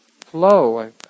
flow